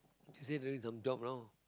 you say you doing some job now